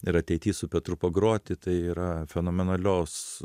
ir ateity su petru pagroti tai yra fenomenalios